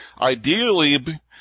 ideally